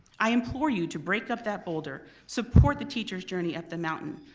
i implore you to break up that boulder. support the teachers' journey up the mountain.